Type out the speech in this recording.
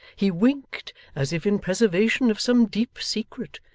he winked as if in preservation of some deep secret,